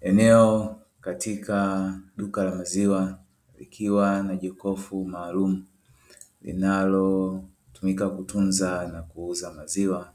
Eneo katika duka la maziwa likiwa na jokofu maalumu linalotumika kutunza na kuuza maziwa